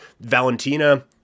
Valentina